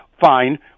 fine